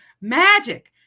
Magic